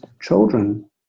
children